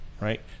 Right